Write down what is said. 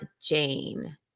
Jane